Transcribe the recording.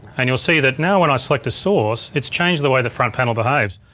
and you'll see that now when i select a source it's changed the way the front panel behaves.